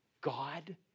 God